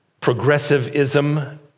progressivism